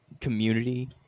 community